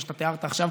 מה שאתה תיארת עכשיו,